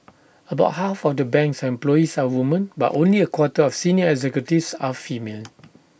about half of the bank's employees are women but only A quarter of senior executives are female